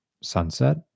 Sunset